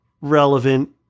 relevant